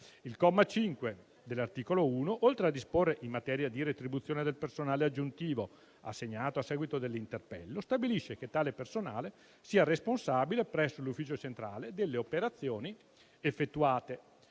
Il comma 5 dell'articolo 1, oltre a disporre in materia di retribuzione del personale aggiuntivo assegnato a seguito dell'interpello, stabilisce che tale personale sia responsabile presso l'Ufficio centrale delle operazioni effettuate.